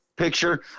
picture